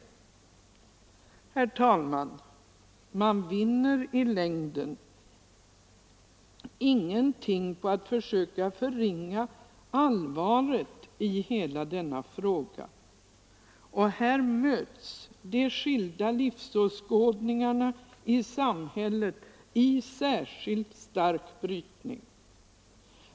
Herr talman! Man vinner i längden ingenting på att försöka förringa allvaret i hela denna fråga, och här möts de skilda livsåskådningarna i samhället i särskilt stark brytning.